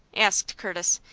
asked curtis,